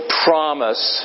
promise